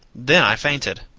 then i fainted.